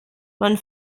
man